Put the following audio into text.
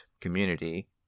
community